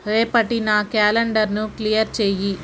రేపటి నా క్యాలెండర్ను క్లియర్ చెయ్యి